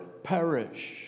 perish